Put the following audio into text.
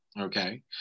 Okay